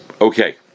Okay